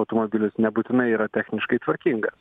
automobilis nebūtinai yra techniškai tvarkingas